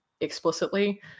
explicitly